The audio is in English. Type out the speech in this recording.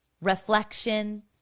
reflection